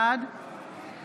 בעד